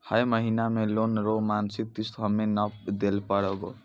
है महिना मे लोन रो मासिक किस्त हम्मे नै दैल पारबौं